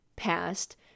past